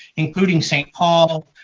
including st. paul.